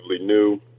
new